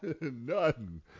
None